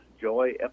Joy